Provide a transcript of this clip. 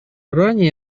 ранее